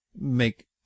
make